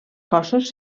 cossos